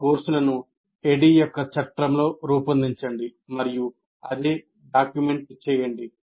మీ కోర్సులను ADDIE యొక్క చట్రంలో రూపొందించండి మరియు అదే డాక్యుమెంట్ చేయండి